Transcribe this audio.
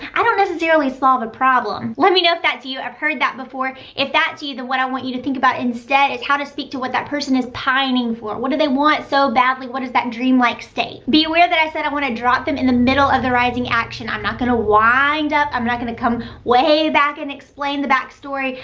i don't necessarily solve a problem. let me know if that's you. i've heard that before. if that's you, then what i want you to think about instead instead is how to speak to what that person is pining for, what do they want so badly? what does that dreamlike state? be aware that i said, i want to drop them in the middle of the rising action, i'm not gonna wind up i'm not gonna come way back and explain the backstory.